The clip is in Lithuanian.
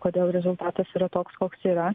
kodėl rezultatas yra toks koks yra